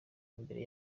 imbere